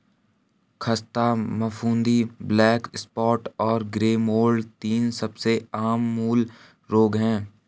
ख़स्ता फफूंदी, black spot और ग्रे मोल्ड तीन सबसे आम फूल रोग हैं